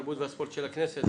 התרבות והספורט של הכנסת.